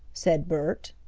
said bert.